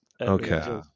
Okay